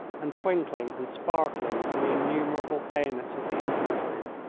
and twinkling and sparkling on the innumerable bayonets of the infantry.